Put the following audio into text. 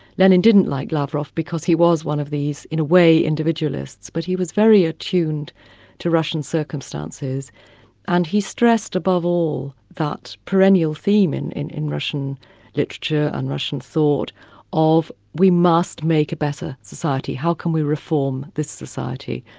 lenin didn't like lavrov because he was one of these, in a way, individualists, but he was very attuned to russian circumstances and he stressed above all, that perennial theme and in in russian literature and russian thought of, we must make a better society how can we reform this society?